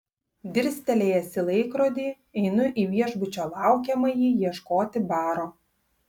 dirstelėjęs į laikrodį einu į viešbučio laukiamąjį ieškoti baro